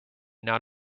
not